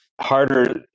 harder